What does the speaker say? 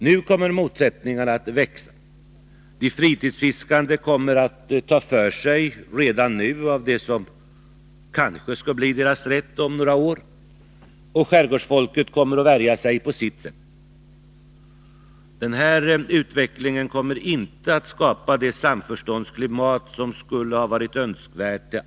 Nu kommer motsättningarna att växa. De fritidsfiskande kommer redan nu att ta för sig av det som kanske skall bli deras rätt om några år, och skärgårdsfolket kommer att värja sig på sitt sätt. Den här utvecklingen kommer inte att skapa det samförståndsklimat till allas båtnad som skulle ha varit önskvärt.